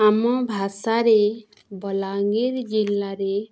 ଆମ ଭାଷାରେ ବଲାଙ୍ଗୀର ଜିଲ୍ଲାରେ